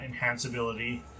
enhanceability